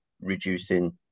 reducing